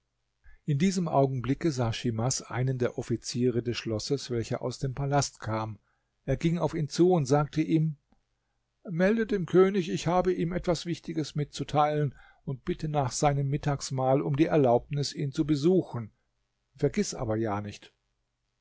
in diesem augenblick sah schimas einen der offiziere des schlosses welcher aus dem palast kam er ging auf ihn zu und sagte ihm melde dem könig ich habe ihm etwas wichtiges mitzuteilen und bitte nach seinem mittagsmahl um die erlaubnis ihn zu besuchen vergiß aber ja nicht